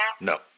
No